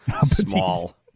Small